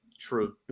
True